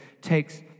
takes